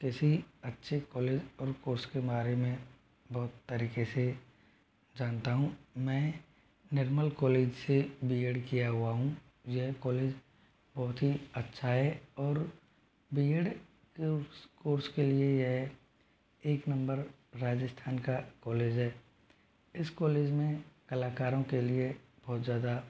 किसी अच्छे कॉलेज और कोर्स के बारे में बहुत तरीक़े से जानता हूँ मैं निर्मल कॉलेज से बी एड किया हुआ हूँ यह कॉलेज बहुत ही अच्छा है और बी एड कोर्स कोर्स के लिए यह एक नंबर राजस्थान का कॉलेज है इस कॉलेज में कलाकारों के लिए बहुत ज़्यादा